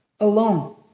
alone